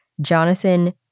Jonathan